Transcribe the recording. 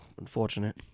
Unfortunate